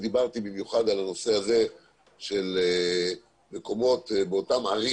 דיברתי במיוחד על הנושא הזה של מקומות באותן ערים.